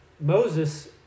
Moses